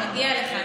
באמת מגיע לך.